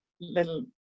little